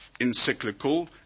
encyclical